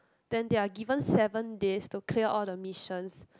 then they are given seven days to clear all the missions